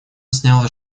сняла